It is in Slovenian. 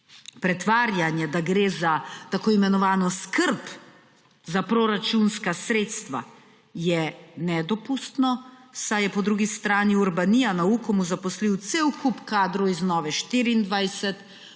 Pretvarjanje, da gre za tako imenovano skrb za proračunska sredstva, je nedopustno, saj je po drugi strani Urbanija na Ukomu zaposlil cel kup kadrov iz Nove24,